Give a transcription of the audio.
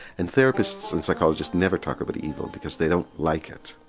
and therapists and psychologists never talk about evil because they don't like it,